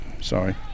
sorry